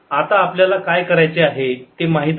आता आपल्याला काय करायचे आहे ते माहित आहे